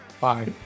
Bye